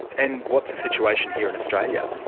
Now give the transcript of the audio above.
and what's the situation here in australia?